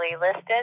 listed